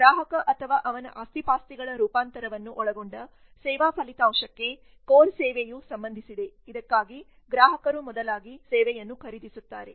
ಗ್ರಾಹಕ ಅಥವಾ ಅವನ ಆಸ್ತಿಪಾಸ್ತಿಗಳ ರೂಪಾಂತರವನ್ನು ಒಳಗೊಂಡ ಸೇವಾ ಫಲಿತಾಂಶಕ್ಕೆ ಕೋರ್ ಸೇವೆಯು ಸಂಬಂಧಿಸಿದೆ ಇದಕ್ಕಾಗಿ ಗ್ರಾಹಕರು ಮೊದಲಾಗಿ ಸೇವೆಯನ್ನು ಖರೀದಿಸುತ್ತಾರೆ